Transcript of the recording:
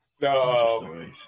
No